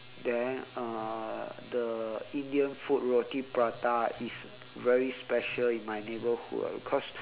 then uh the indian food roti prata is very special in my neighbourhood ah because